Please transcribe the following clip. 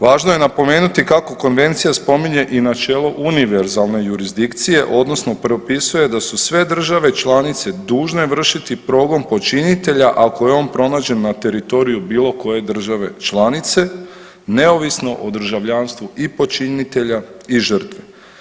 Važno je napomenuti kako Konvencija spominje i načelo univerzalne jurisdikcije odnosno propisuje da su sve države članice dužne vršiti progon počinitelja ako je on pronađen na teritoriju bilo koje države članice neovisno o državljanstvu i počinitelja i žrtve.